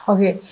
Okay